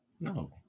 No